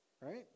Right